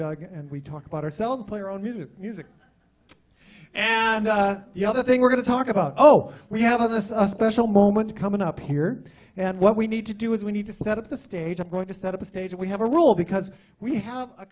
doug and we talk about ourselves play or own music music and the other thing we're going to talk about oh we have this a special moment coming up here and what we need to do is we need to set up the stage i'm going to set up a stage we have a rule because we have a